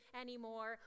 anymore